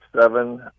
seven